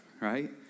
Right